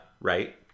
right